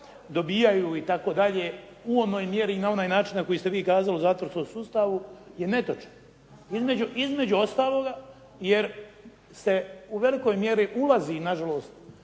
dobijaju itd. u onoj mjeri i na onaj način na koji ste vi kazali u zatvorskom sustavu je netočno između ostaloga jer se u velikoj mjeri ulazi nažalost,